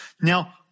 Now